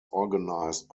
organised